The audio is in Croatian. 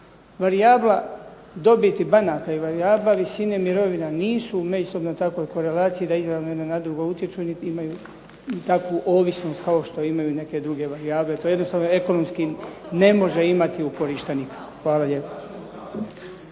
Varijabla dobiti banaka i varijabla visine mirovina nisu u međusobnoj takvoj korelaciji da izravno jedna na drugu utječu niti imaju takvu ovisnost kao što imaju neke druge varijable, to jednostavno ekonomski ne može imati uporište nikakvo. Hvala lijepo.